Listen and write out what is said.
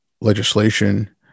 legislation